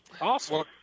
Awesome